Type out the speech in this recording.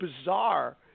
bizarre